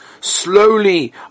slowly